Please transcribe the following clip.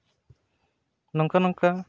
ᱱᱚᱝᱠᱟ ᱱᱚᱝᱠᱟ